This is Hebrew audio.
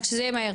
רק שזה יהיה מהר.